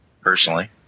personally